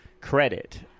credit